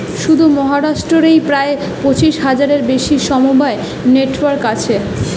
শুধু মহারাষ্ট্র রেই প্রায় পঁচিশ হাজারের বেশি সমবায় নেটওয়ার্ক আছে